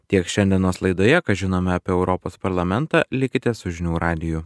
tiek šiandienos laidoje ką žinome apie europos parlamentą likite su žinių radiju